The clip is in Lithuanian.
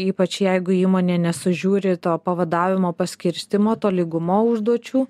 ypač jeigu įmonė nesužiūri to pavadavimo paskirstymo tolygumo užduočių